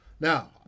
Now